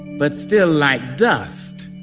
but still like dust